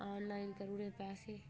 online करी ओड़े पैसे